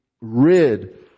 rid